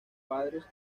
pradesh